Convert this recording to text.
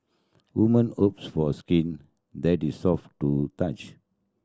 woman hopes for a skin that is soft to touch